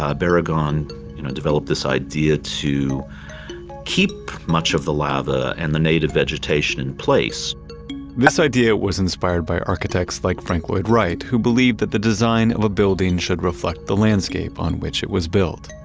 ah barragan developed this idea to keep much of the lava and the native vegetation in place this idea was inspired by architects like frank lloyd wright, who believed that the design of a building should reflect the landscape on which it was built.